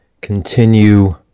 continue